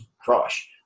crush